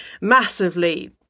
massively